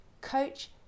Coach